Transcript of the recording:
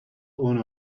owner